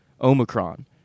Omicron